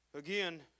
Again